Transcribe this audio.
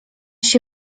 się